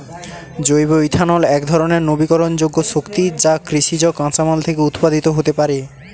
জৈব ইথানল একধরনের নবীকরনযোগ্য শক্তি যা কৃষিজ কাঁচামাল থেকে উৎপাদিত হতে পারে